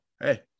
hey